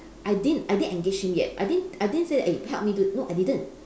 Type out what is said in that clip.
I didn't I didn't engage him yet I didn't I didn't say that eh help me do no I didn't